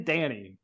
Danny